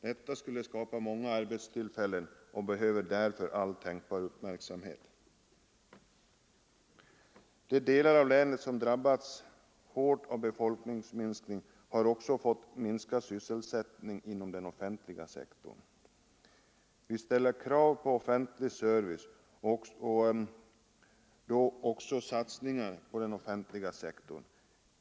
Detta skulle skapa många arbetstillfällen och behöver därför all tänkbar uppmärksamhet. De delar av länet som drabbats hårt av befolkningsminskning har också fått minskad sysselsättning inom den offentliga sektorn. Vi ställer krav på offentlig service och då också satsningar på den offentliga sektorn.